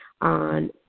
on